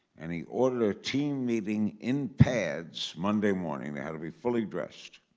and he ordered a team meeting in pads monday morning. they had to be fully dressed.